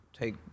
take